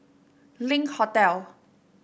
Link Hotel